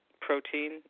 protein